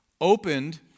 opened